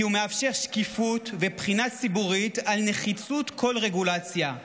כי הוא מאפשר שקיפות ובחינה ציבורית על נחיצות כל רגולציה.